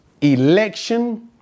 election